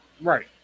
Right